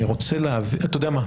אתה יודע מה?